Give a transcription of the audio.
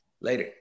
Later